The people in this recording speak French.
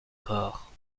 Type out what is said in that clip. corps